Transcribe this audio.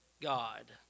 God